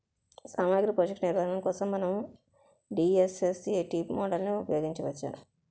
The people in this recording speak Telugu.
సామాగ్రి పోషక నిర్వహణ కోసం మనం డి.ఎస్.ఎస్.ఎ.టీ మోడల్ని ఉపయోగించవచ్చా?